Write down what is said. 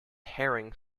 herring